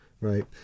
Right